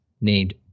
named